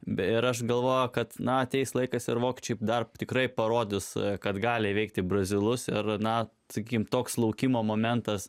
beje ir aš galvojau kad na ateis laikas ir vokiečiai dar tikrai parodys kad gali įveikti brazilus ir na sakykime toks laukimo momentas